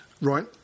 right